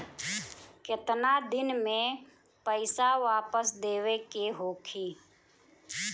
केतना दिन में पैसा वापस देवे के होखी?